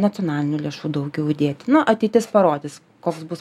nacionalinių lėšų daugiau įdėti na ateitis parodys koks bus